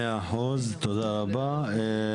מאה אחוז תודה רבה,